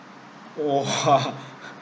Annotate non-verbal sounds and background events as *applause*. !wah! *laughs*